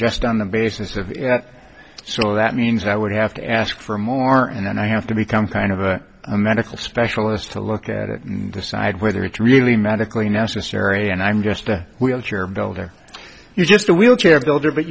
just on the basis of that so that means i would have to ask for more and then i have to become kind of a medical specialist to look at it and decide whether it's really medically necessary and i'm just a wheelchair builder just a wheelchair builder but